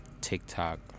TikTok